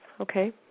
Okay